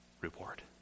reward